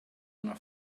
una